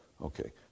Okay